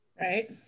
Right